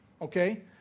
Okay